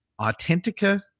authentica